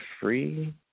free